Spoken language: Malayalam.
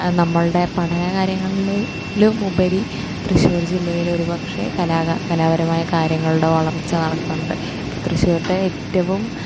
നമ്മളുടെ പഠനകാര്യങ്ങളിലും ഉപരി തൃശ്ശൂർ ജില്ലയിൽ ഒരുപക്ഷേ കലാ കലാപരമായ കാര്യങ്ങളുടെ വളർച്ച നടക്കുന്നുണ്ട് ഇപ്പോൾ തൃശൂരിൻ്റെ ഏറ്റവും